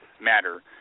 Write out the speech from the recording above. matter